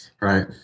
Right